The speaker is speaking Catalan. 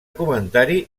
comentari